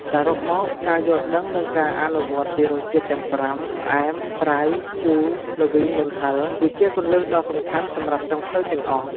សរុបមក ការយល់ដឹង និងការអនុវត្តពីរសជាតិទាំងប្រាំ ផ្អែម ប្រៃ ជូរ ល្វីង និងហឹរ គឺជាគន្លឹះដ៏សំខាន់សម្រាប់ចុងភៅទាំងអស់។